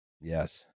yes